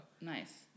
Nice